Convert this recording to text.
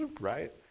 right